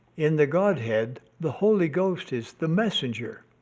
in the godhead, the holy ghost is the messenger.